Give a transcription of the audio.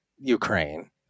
ukraine